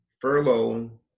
furlough